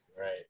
Right